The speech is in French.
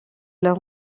leur